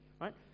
right